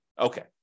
Okay